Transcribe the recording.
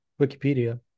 Wikipedia